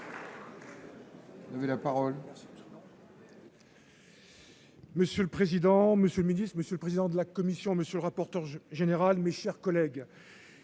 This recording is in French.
Monsieur le président, Monsieur le Ministre, Monsieur le président de la commission. Monsieur le rapporteur général, mes chers collègues.